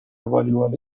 والیبال